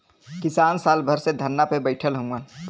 किसान साल भर से धरना पे बैठल हउवन